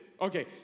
Okay